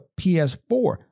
PS4